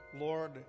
Lord